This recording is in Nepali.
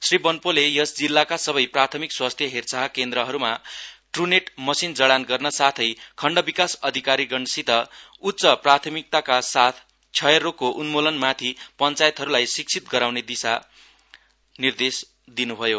श्री बोन्पोले यस जिल्लाका सबै प्राथमिक स्वास्थ्य हेरचाह केन्द्रहरूमा डुनेट मसिन जझान गर्न साथै खण्ड विकास अधिकारीगणसित उच्च प्राथमिकताका साथ क्षयरोगको उन्म्लन माथि पञ्चायतहरूलाई शिक्षित गराउने निर्देश दिन्भयो